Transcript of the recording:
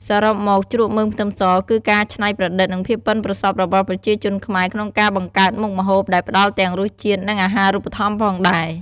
សរុបមក ជ្រក់មើមខ្ទឹមស គឺការច្នៃប្រឌិត និងភាពប៉ិនប្រសប់របស់ប្រជាជនខ្មែរក្នុងការបង្កើតមុខម្ហូប ដែលផ្តល់ទាំងរសជាតិ និងអាហារូបត្ថម្ភផងដែរ។